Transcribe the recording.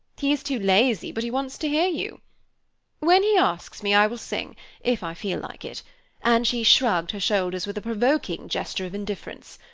he is too lazy, but he wants to hear you when he asks me, i will sing if i feel like it and she shrugged her shoulders with a provoking gesture of indifference.